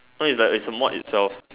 so it's like it's a mod itself